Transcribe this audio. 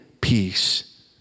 peace